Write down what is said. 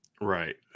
Right